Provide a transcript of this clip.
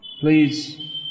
please